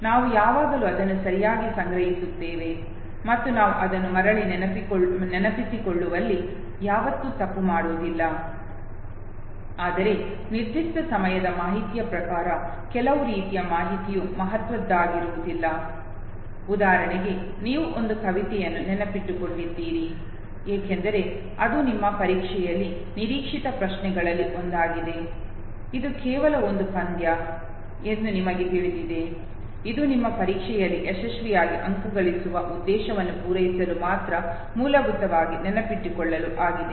ನಾವು ಯಾವಾಗಲೂ ಅದನ್ನು ಸರಿಯಾಗಿ ಸಂಗ್ರಹಿಸುತ್ತೇವೆ ಮತ್ತು ನಾವು ಅದನ್ನು ಮರಳಿ ನೆನಪಿಸಿಕೊಳ್ಳುವಲ್ಲಿ ಯಾವತ್ತೂ ತಪ್ಪು ಮಾಡುವುದಿಲ್ಲ ಆದರೆ ನಿರ್ದಿಷ್ಟ ಸಮಯದ ಮಾಹಿತಿಯ ಪ್ರಕಾರ ಕೆಲವು ರೀತಿಯ ಮಾಹಿತಿಯು ಮಹತ್ವದ್ದಾಗಿರುವುದಿಲ್ಲ ಉದಾಹರಣೆಗೆ ನೀವು ಒಂದು ಕವಿತೆಯನ್ನು ನೆನಪಿಟ್ಟುಕೊಂಡಿದ್ದೀರಿ ಏಕೆಂದರೆ ಅದು ನಿಮ್ಮ ಪರೀಕ್ಷೆಯಲ್ಲಿ ನಿರೀಕ್ಷಿತ ಪ್ರಶ್ನೆಗಳಲ್ಲಿ ಒಂದಾಗಿದೆ ಇದು ಕೇವಲ ಒಂದು ಪದ್ಯ ಎಂದು ನಿಮಗೆ ತಿಳಿದಿದೆ ಇದು ನಿಮ್ಮ ಪರೀಕ್ಷೆಯಲ್ಲಿ ಯಶಸ್ವಿಯಾಗಿ ಅಂಕಗಳಿಸುವ ಉದ್ದೇಶವನ್ನು ಪೂರೈಸಲು ಮಾತ್ರ ಮೂಲಭೂತವಾಗಿ ನೆನಪಿಟ್ಟುಕೊಳ್ಳಲು ಆಗಿದೆ